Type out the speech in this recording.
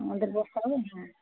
আমাদের বসতে হবে হ্যাঁ